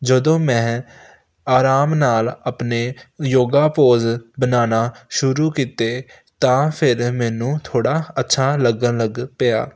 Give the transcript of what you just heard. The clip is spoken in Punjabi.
ਜਦੋਂ ਮੈਂ ਆਰਾਮ ਨਾਲ ਆਪਣੇ ਯੋਗਾ ਪੋਜ ਬਣਾਉਣਾ ਸ਼ੁਰੂ ਕੀਤੇ ਤਾਂ ਫਿਰ ਮੈਨੂੰ ਥੋੜ੍ਹਾ ਅੱਛਾ ਲੱਗਣ ਲੱਗ ਪਿਆ